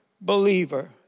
believer